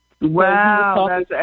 Wow